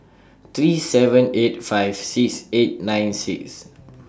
three seven eight five six eight nine six